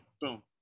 Boom